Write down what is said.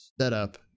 setup